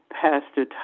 pastor